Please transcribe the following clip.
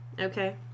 Okay